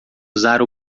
usar